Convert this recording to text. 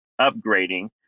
upgrading